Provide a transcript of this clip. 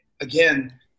Again